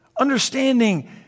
Understanding